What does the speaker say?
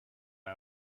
guy